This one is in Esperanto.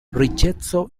riĉeco